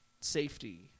safety